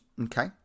okay